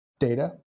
data